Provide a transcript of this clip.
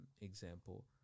example